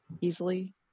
easily